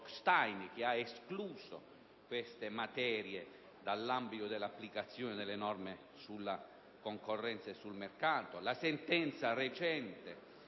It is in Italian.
che ha escluso queste materie dall'ambito dell'applicazione delle norme sulla concorrenza e sul mercato, e alla recente